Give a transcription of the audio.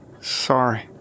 Sorry